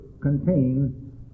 contains